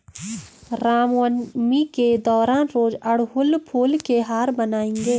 रामनवमी के दौरान रोज अड़हुल फूल के हार बनाएंगे